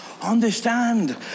understand